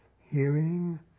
hearing